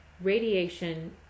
radiation